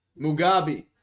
Mugabe